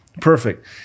Perfect